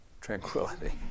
tranquility